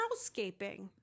girlscaping